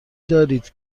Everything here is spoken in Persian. دارید